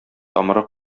тамыры